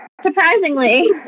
Surprisingly